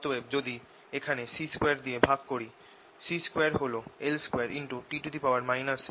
অতএব যদি এখানে C2 দিয়ে ভাগ করি C2 হল L2T 2